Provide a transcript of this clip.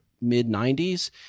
mid-90s